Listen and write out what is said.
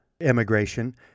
immigration